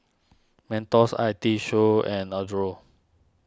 Mentos I T Show and Adore